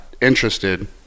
interested